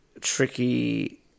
tricky